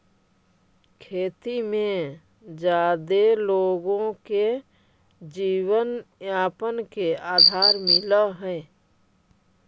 खेती में जादे लोगो के जीवनयापन के आधार मिलऽ हई